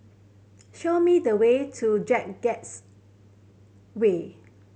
show me the way to J Gates way